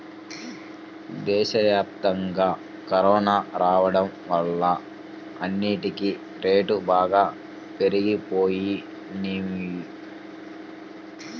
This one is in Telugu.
దేశవ్యాప్తంగా కరోనా రాడం వల్ల అన్నిటికీ రేట్లు బాగా పెరిగిపోయినియ్యి